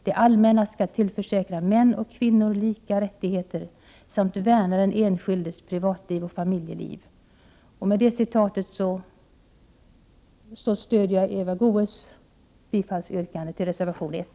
Det allmänna skall tillförsäkra män och kvinnor lika rättigheter samt värna den enskildes privatliv och familjeliv.” Med det citatet stöder jag Eva Goés yrkande om bifall till reservation 1.